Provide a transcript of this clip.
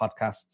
podcasts